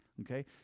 okay